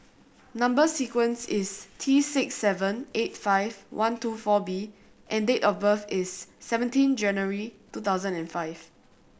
number sequence is T six seven eight five one two four B and date of birth is seventeen January two thousand and five